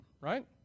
Right